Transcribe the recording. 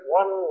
one